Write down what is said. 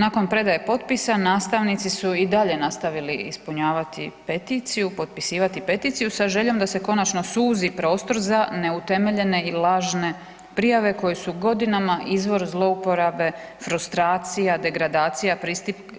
Nakon predaje potpisa nastavnici su i dalje nastavili ispunjavati peticiju, potpisivati peticiju sa željom da se konačno suzi prostor za neutemeljene i lažne prijave koje su godinama izvor zlouporabe, frustracija, degradacija,